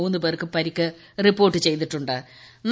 മൂന്ന് പ്പേർക്ക് പരിക്ക് റിപ്പോർട്ട് ചെയ്തിട്ടു ്